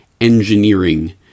engineering